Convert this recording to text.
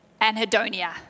anhedonia